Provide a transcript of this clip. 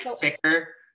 ticker